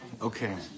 Okay